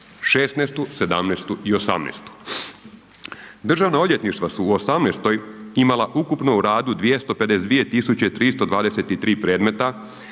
'16., '17. i '18. Državna odvjetništva su u '18. imala ukupno u radu 252.323 predmeta